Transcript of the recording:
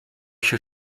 się